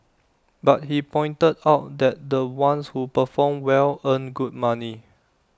but he pointed out that the ones who perform well earn good money